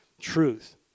truth